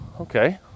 okay